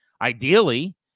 Ideally